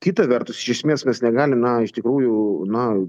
kita vertus iš esmės mes negalim na iš tikrųjų na